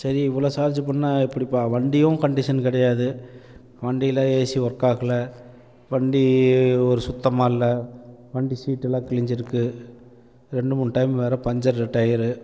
சரி இவ்வளோ சார்ஜ் பண்ணிணா எப்படிப்பா வண்டியும் கன்டிஸன் கிடையாது வண்டியில் ஏசி வொர்க் ஆகலை வண்டி ஒரு சுத்தமாக இல்லை வண்டி சீட்டெல்லாம் கிழிஞ்சுருக்கு ரெண்டு மூணு டைம் வேறு பஞ்சரு டயரு